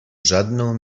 żadną